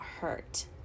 hurt